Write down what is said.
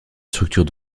structure